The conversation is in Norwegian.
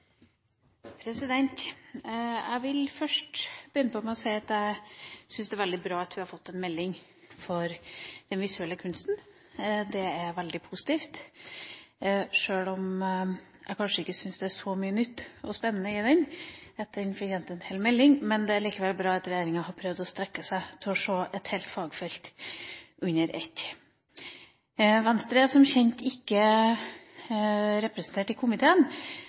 veldig bra at vi har fått ei melding for den visuelle kunsten. Det er veldig positivt, sjøl om jeg kanskje ikke syns det er så mye nytt og spennende i den at den fortjente en hel melding, men det er likevel bra at regjeringa har prøvd å strekke seg til å se et helt fagfelt under ett. Venstre er som kjent ikke representert i komiteen,